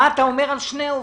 אתה אומר על שני האופנים?